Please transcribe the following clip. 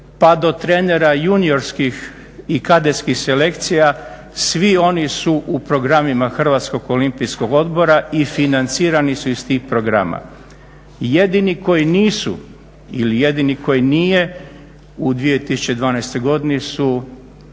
pa do trenera juniorskih i kadetskih selekcija svi oni su u programima Hrvatskog olimpijskog odbora i financirani su iz tih programa. Jedini koji nisu ili jedini koji nije u 2012. godini su